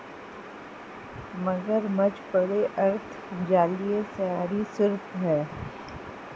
मगरमच्छ बड़े अर्ध जलीय सरीसृप हैं